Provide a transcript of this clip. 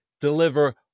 deliver